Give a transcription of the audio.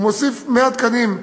הוא מוסיף 100 תקנים.